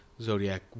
Zodiac